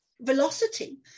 velocity